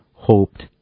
hoped